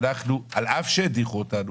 אנחנו על אף שהדיחו אותנו,